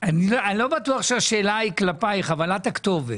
אני לא בטוח שהשאלה היא כלפייך, אבל את הכתובת.